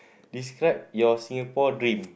describe your Singapore dream